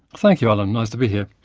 thank you alan, nice to be here.